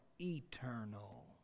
eternal